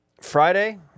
Friday